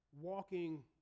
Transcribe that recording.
walking